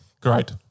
Great